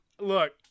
Look